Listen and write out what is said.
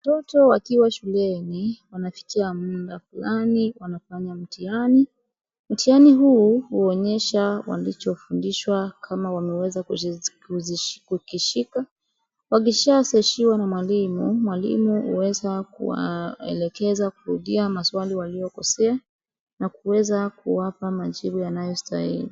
Watoto wakiwa shuleni wanafikia muda fulani wanafanya mtihani. Mtihani huu huonyesha walichofundishwa kama wameweza kukishika. Wakishasahishiwa na mwalimu mwalimu huweza kuwaelekeza kurudia maswali waliyokosea na kuweza kuwapa majibu yanayostahili.